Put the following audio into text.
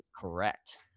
correct